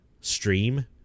stream